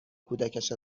کودکش